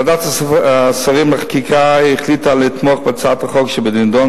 ועדת השרים לחקיקה החליטה לתמוך בהצעת החוק שבנדון,